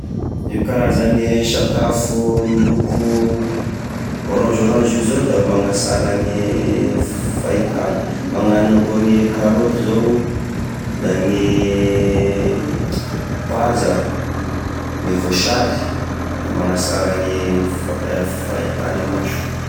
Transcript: Gne karazane e sakafo miloko orange orange io zao, da magnasara gne fahitana, magnano akone karaoty zao, da gne paza, gne voasary, da magnasara gne, fak- fahitagne maso.